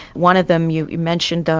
one of them you you mentioned,